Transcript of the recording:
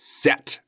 set